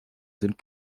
sind